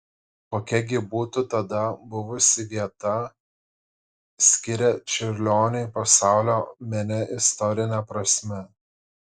kokia gi būtų tada buvusi vieta skiria čiurlioniui pasaulio mene istorine prasme